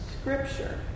scripture